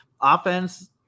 offense